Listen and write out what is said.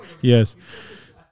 Yes